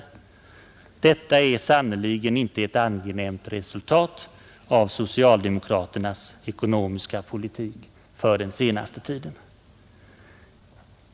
Detta är sanner ligen inte ett angenämt resultat av socialdemokraternas ekonomiska politik under den senaste tiden.